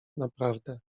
naprawdę